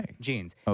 jeans